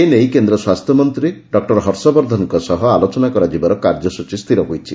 ଏ ନେଇ କେନ୍ଦ୍ର ସ୍ୱାସ୍ଥ୍ୟ ମନ୍ତୀ ହର୍ଷବର୍ଦ୍ଧନଙ୍କ ସହ ଆଲୋଚନା କରାଯିବାର କାର୍ଯ୍ୟସୂଚୀ ସ୍ଥିର ହୋଇଛି